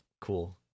cool